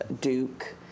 Duke